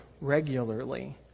regularly